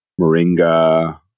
Moringa